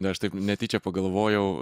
na aš taip netyčia pagalvojau